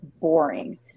boring